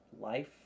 life